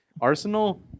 Arsenal